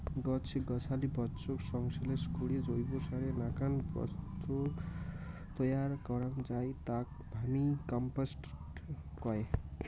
গছ গছালি বর্জ্যক সংশ্লেষ করি জৈবসারের নাকান বস্তু তৈয়ার করাং যাই তাক ভার্মিকম্পোস্ট কয়